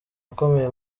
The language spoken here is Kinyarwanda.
akomeye